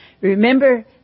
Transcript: Remember